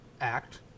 act